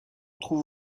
trouve